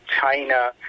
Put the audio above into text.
China